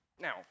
Now